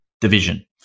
division